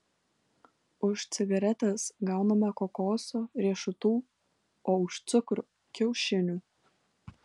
už cigaretes gauname kokoso riešutų o už cukrų kiaušinių